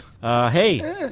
Hey